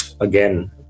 again